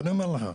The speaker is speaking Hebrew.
ואני אומר לך,